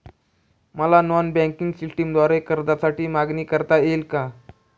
मला non banking सिस्टमद्वारे कर्जासाठी मागणी करता येईल का?